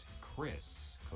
chris